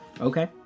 Okay